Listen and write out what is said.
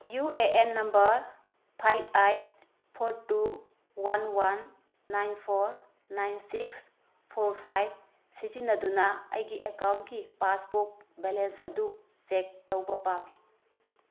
U A N number five eight four two one one nine four nine six four five ꯁꯤꯖꯤꯟꯅꯗꯨꯅ ꯑꯩꯒꯤ ꯑꯦꯀꯥꯎꯟꯒꯤ passbook balance ꯑꯗꯨ check ꯇꯧꯕ ꯄꯥꯝꯃꯤ